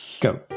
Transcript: go